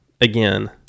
again